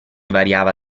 variava